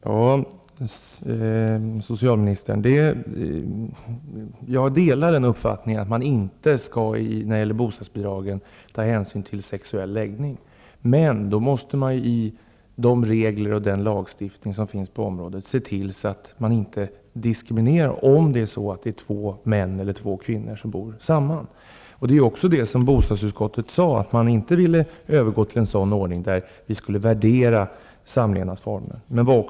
Herr talman! Jag delar den uppfattningen att man när det gäller bostadsbidragen inte skall ta hänsyn till sexuell läggning. Men då måste man se till att man i de regler och den lagstiftning som finns på området inte diskriminerar två män eller två kvinnor som bor samman. Bostadsutskottet uttalade ju att man inte ville gå över till en sådan ordning där samlevnadsformen skulle värderas.